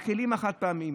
הכלים החד-פעמיים?